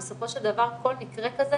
בסופו של דבר כל מקרה כזה